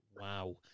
wow